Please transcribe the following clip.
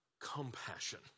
compassion